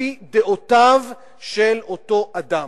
על-פי דעותיו של אותו אדם.